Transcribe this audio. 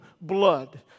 blood